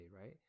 right